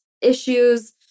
issues